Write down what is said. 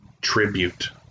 tribute